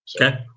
Okay